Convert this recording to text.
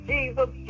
Jesus